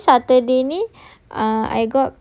ya surely saturday ni